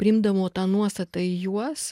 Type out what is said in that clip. priimdavo tą nuostatą į juos